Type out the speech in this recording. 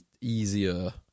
easier